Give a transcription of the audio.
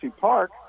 Park